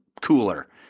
cooler